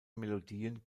melodien